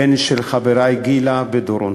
בן של חברי גילה ודורון.